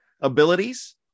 abilities